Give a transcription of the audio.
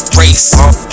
race